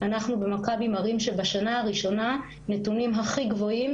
אנחנו במכבי מראים את הנתונים הכי גבוהים בשנה